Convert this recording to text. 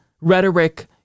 Rhetoric